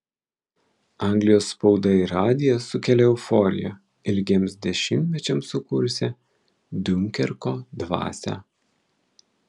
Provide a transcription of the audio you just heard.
anglijos spauda ir radijas sukėlė euforiją ilgiems dešimtmečiams sukūrusią diunkerko dvasią